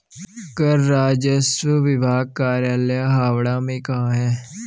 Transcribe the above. कर राजस्व विभाग का कार्यालय हावड़ा में कहाँ है?